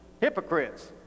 Hypocrites